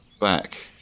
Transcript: back